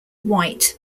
white